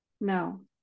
No